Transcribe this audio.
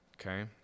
Okay